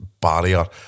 barrier